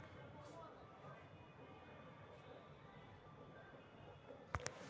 उ बहुत ही स्वादिष्ट खीर बनल कई और ओकरा काजू से सजल कई